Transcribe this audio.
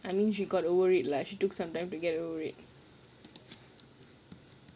I mean she got over it lah she took some time to get over it